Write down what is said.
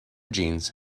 jeans